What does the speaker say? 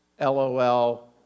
LOL